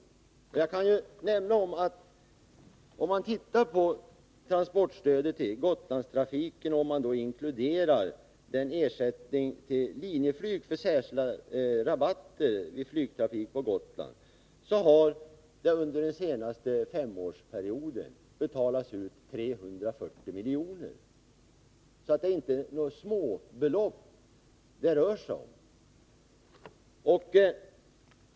Om vi tittar på transportstödet till Gotlandstrafiken och då inkluderar ersättningen till Linjeflyg för särskilda rabatter vid flygtrafik på Gotland, finner vi att det under den senaste femårsperioden har betalats ut 340 miljoner. Det är alltså inte några småbelopp det rör sig om.